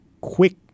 quick